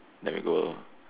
then we go